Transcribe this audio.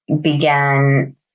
began